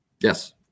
Yes